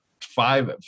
five